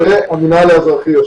-- והמנהל האזרחי.